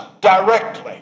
directly